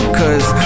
cause